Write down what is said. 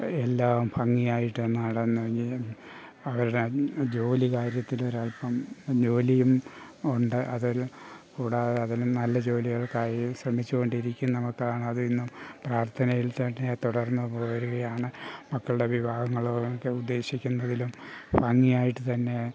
എല്ലാം ഭംഗിയായിട്ട് നടന്നു ഇനി അവരുടെ ജോലി കാര്യത്തിൽ ഒരു അല്പം ജോലിയും ഉണ്ട് അതൊരു കൂടാതെ അവന് നല്ല ജോലിക്കൾക്കായി ശ്രമിച്ചു കൊണ്ടിരിക്കുന്ന മക്കളാണ് അത് ഇന്നും പ്രാർത്ഥനയിൽ തന്നെ തുടർന്ന് പോരുകയാണ് മക്കളുടെ വിവാഹങ്ങൾ ഒക്കെ ഉദ്ദേശിക്കുന്നതിലും ഭംഗിയായിട്ട് തന്നെ